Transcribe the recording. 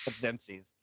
Dempsey's